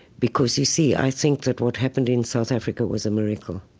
because, you see, i think that what happened in south africa was a miracle.